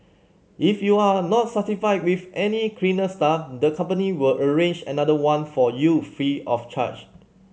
if you are not satisfied with any cleaner staff the company will arrange another one for you free of charge